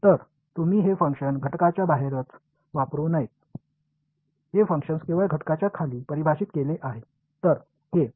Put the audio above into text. तर तुम्ही हे फंक्शन घटकाच्या बाहेरच वापरु नये हे फंक्शन केवळ घटकाच्या खाली परिभाषित केले आहे